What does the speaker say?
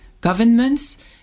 governments